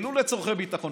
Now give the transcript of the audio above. ולו לצורכי ביטחון,